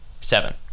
Seven